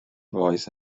voice